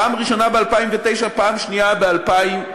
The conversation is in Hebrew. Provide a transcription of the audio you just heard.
פעם ראשונה ב-2009, פעם שנייה ב-2012.